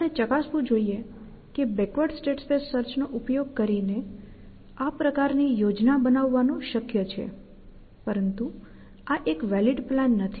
તમારે ચકાસવું જોઈએ કે બેકવર્ડ સ્ટેટ સ્પેસ સર્ચ નો ઉપયોગ કરીને આ પ્રકારની યોજના બનાવવાનું શક્ય છે પરંતુ આ એક વેલીડ પ્લાન નથી